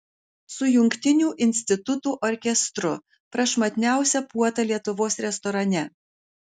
su jungtiniu institutų orkestru prašmatniausia puota lietuvos restorane